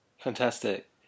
Fantastic